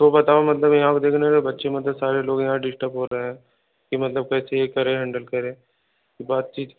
तो बताओ मतलब यहाँ को देखने के बच्चे मुझे सारे लोग यहाँ डिस्टर्ब हो रहे हैं कि मतलब कैसे यह करें हैंडल करें बातचीत